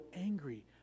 angry